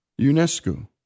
UNESCO